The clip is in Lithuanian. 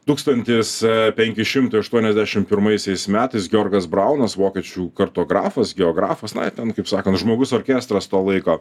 tūkstantis penki šimtai aštuoniasdešimt pirmaisiais metais georgas braunas vokiečių kartografas geografas na kaip sakant žmogus orkestras to laiko